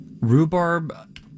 Rhubarb